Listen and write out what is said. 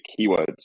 keywords